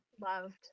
loved